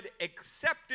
accepted